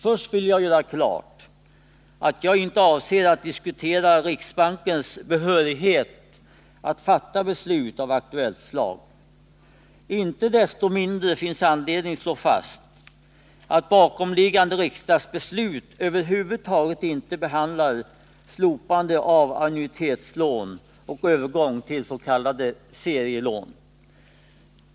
Först vill jag göra klart att jag inte avser att diskutera riksbankens behörighet att fatta beslut av aktuellt slag. Inte desto mindre finns anledning slå fast att bakomliggande riksdagsbeslut över huvud taget inte behandlar ett slopande av annuitetslån och en övergång till s.k. serielån.